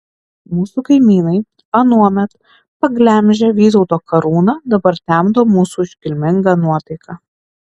mūsų kaimynai anuomet paglemžę vytauto karūną dabar temdo mūsų iškilmingą nuotaiką